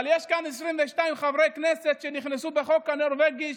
אבל יש כאן 22 חברי כנסת שנכנסו בחוק הנורבגי,